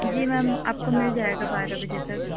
جی ma'am آپ کو مل جائے گا بارہ بجے تک